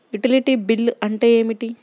Utility bill అంటే ఏమిటి?